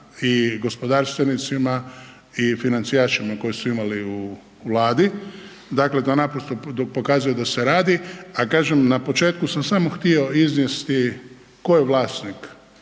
i gospodarstvenicima i fijancijašima koji su imali u Vladi. Dakle, to naprosto pokazuje da se radi. A kažem, na početku sam samo htio iznijesti ko je vlasnik